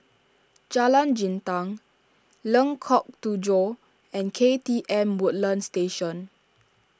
Jalan Jintan Lengkok Tujoh and K T M Woodlands Station